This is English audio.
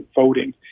voting